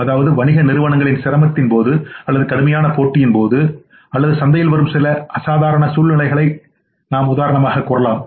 அதாவது வணிக நிறுவனங்கள் சிரமத்தின் போது அல்லது கடுமையான போட்டியின் போது அல்லது சந்தையில் வரும் சில அசாதாரண சூழ்நிலைகளை நீங்கள் கூறலாம்